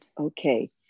Okay